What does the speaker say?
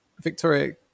Victoria